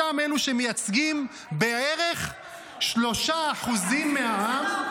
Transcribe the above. אותם אלו שמייצגים בערך 3% מהעם -- מהשמאל?